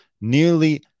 nearly